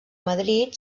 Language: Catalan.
madrid